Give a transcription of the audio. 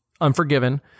Unforgiven